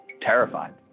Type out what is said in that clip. Terrified